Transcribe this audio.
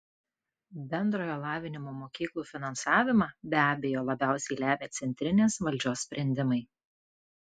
bendrojo lavinimo mokyklų finansavimą be abejo labiausiai lemia centrinės valdžios sprendimai